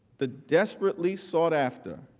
the desperately sought after